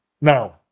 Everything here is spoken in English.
now